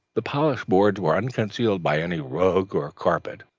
the polished boards were unconcealed by any rug or carpet,